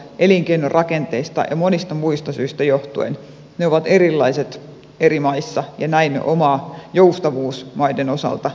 elinkeinorakenteista ja monista muista syistä johtuen ne ovat erilaiset eri maissa ja näin oma joustavuus maiden osalta toimisi paremmin